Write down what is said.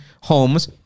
homes